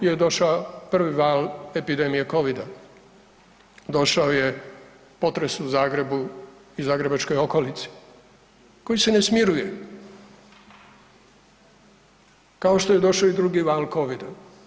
Na to je došao prvi val epidemije covida, došao je potres u Zagrebu i zagrebačkoj okolici koji se ne smiruje, kao što je došao i drugi van covida.